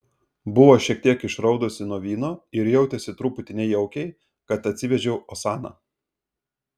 buvo šiek tiek išraudusi nuo vyno ir jautėsi truputį nejaukiai kad atsivedžiau osaną